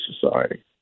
society